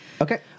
Okay